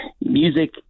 music